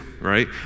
right